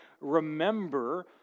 remember